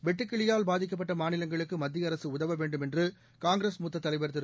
வெட்டுக்கிளியால் பாதிக்கப்பட்ட மாநிலங்களுக்கு மத்திய அரசு உதவ வேண்டும் என்று காங்கிரஸ் மூத்த தலைவர் திரு